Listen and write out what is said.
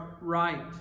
right